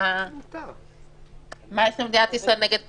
מה יש למדינת ישראל נגד פרנסה.